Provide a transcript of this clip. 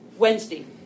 Wednesday